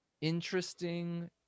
interesting